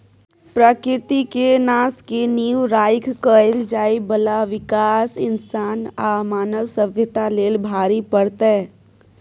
प्रकृति के नाश के नींव राइख कएल जाइ बाला विकास इंसान आ मानव सभ्यता लेल भारी पड़तै